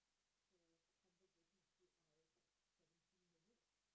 so conversation is two hours fifty seventeen minutes